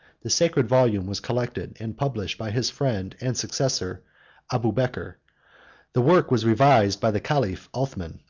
the sacred volume was collected and published by his friend and successor abubeker the work was revised by the caliph othman,